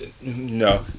No